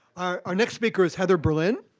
our next speaker is heather berlin.